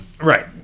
Right